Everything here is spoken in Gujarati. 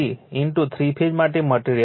333 થ્રી ફેઝ માટે મટેરીઅલ છે